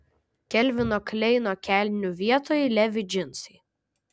kelvino kleino kelnių vietoj levi džinsai